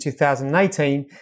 2018